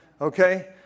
Okay